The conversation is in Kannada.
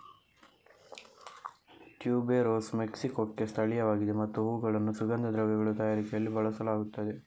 ಟ್ಯೂಬೆರೋಸ್ ಮೆಕ್ಸಿಕೊಕ್ಕೆ ಸ್ಥಳೀಯವಾಗಿದೆ ಮತ್ತು ಹೂವುಗಳನ್ನು ಸುಗಂಧ ದ್ರವ್ಯಗಳ ತಯಾರಿಕೆಯಲ್ಲಿ ಬಳಸಲಾಗುತ್ತದೆ